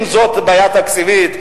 אם זאת בעיה תקציבית,